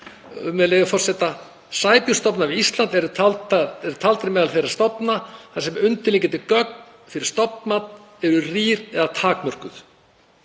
með leyfi forseta: „Sæbjúgnastofnar við Ísland eru taldir meðal þeirra stofna þar sem undirliggjandi gögn fyrir stofnmat eru rýr eða takmörkuð